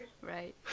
Right